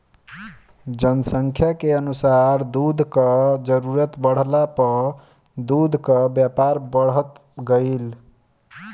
जनसंख्या के अनुसार दूध कअ जरूरत बढ़ला पअ दूध कअ व्यापार बढ़त गइल